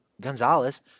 Gonzalez